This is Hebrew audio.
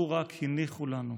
לו רק הניחו לנו.